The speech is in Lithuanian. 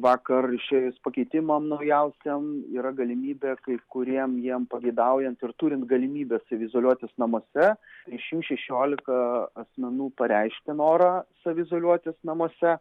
vakar išėjus pakeitimam naujausiem yra galimybė kai kuriem jiem pageidaujant ir turint galimybes saviizoliuotis namuose iš jų šešiolika asmenų pareiškė norą saviizoliuotis namuose